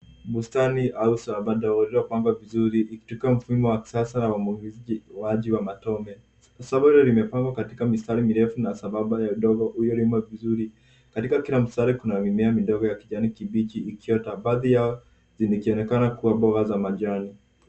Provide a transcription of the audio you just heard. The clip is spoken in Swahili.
Bustani au shamba ndogo lililo pangwa vizuri likitumia mfumo wa kisasa wa umwagiliaji wa matone. Shamba limepangwa katika mistari mirefu na sambamba ya udongo ulio limwa vizuri katika kila mstari kuna mimea midogo ya kijani kibichi ikiota baadhi yao ikionekana kuwa mboga za majani.